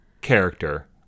character